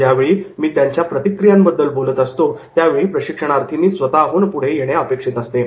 ज्यावेळी मी त्यांच्या प्रतिक्रियांबद्दल बोलत असतो त्यावेळी प्रशिक्षणार्थींनी स्वतःहून पुढे येणे अपेक्षित असते